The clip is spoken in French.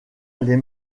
les